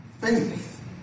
Faith